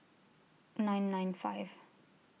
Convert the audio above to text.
nine nine five